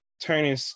turning